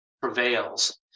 prevails